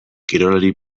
kirolari